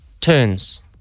turns